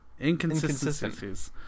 Inconsistencies